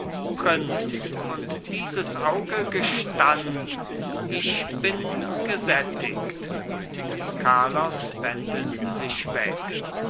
prinz und dieses auge gestand ich bin gesättigt carlos wendet sich weg